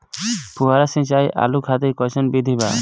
फुहारा सिंचाई आलू खातिर कइसन विधि बा?